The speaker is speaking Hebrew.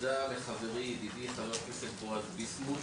תודה לחברי ידידי חבר הכנסת בועז ביסמוט.